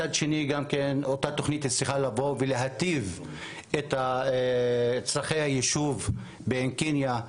אותה תוכנית גם צריכה לבוא ולהיטיב את צרכי היישוב בעין קנייא,